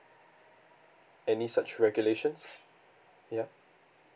any such regulations ya